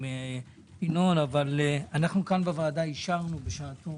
ינון אבל אנחנו כאן בוועדה אישרנו בשעתו,